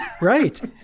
right